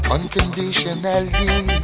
Unconditionally